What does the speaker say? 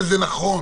זה נכון,